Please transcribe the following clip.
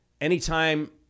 anytime